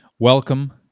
Welcome